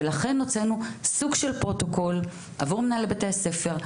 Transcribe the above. לכן הוצאנו סוג של פרוטוקול עבור מנהלי בתי הספר,